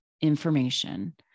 information